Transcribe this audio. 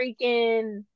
freaking